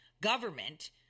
government